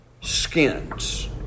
skins